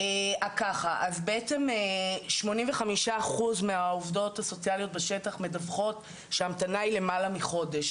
85 אחוז מהעובדות הסוציאליות בשטח מדווחות שההמתנה היא למעלה מחודש,